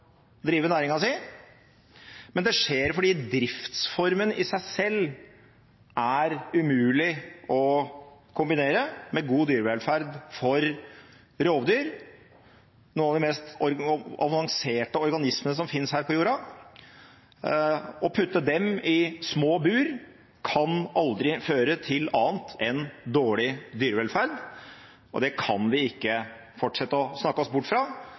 drive næringen sin – men fordi driftsformen i seg selv er umulig å kombinere med god dyrevelferd for rovdyr, noen av de mest avanserte organismene som finnes her på jorda. Å putte dem i små bur kan aldri føre til annet enn dårlig dyrevelferd, og det kan vi ikke fortsette å snakke oss bort fra.